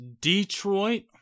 Detroit